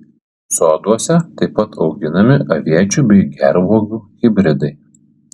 soduose taip pat auginami aviečių bei gervuogių hibridai